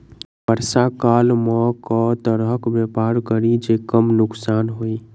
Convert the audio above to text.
वर्षा काल मे केँ तरहक व्यापार करि जे कम नुकसान होइ?